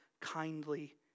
kindly